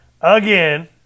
again